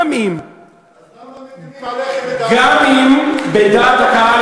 גם אם, אז למה מטילים עליכם את האשמה?